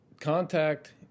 Contact